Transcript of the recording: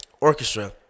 orchestra